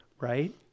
right